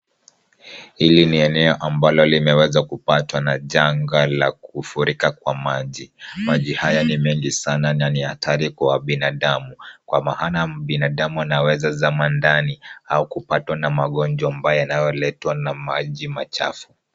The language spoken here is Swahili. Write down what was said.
Hili ni eneo ambalo limeweza kupatwa na janga la kufurika kwa maji. Maji haya ni mengi sana na ni hatari kwa binadamu kwa maana binadamu anaweza zama ndani au kupatwa na magonjwa mbaya inayoletwa na maji machafu.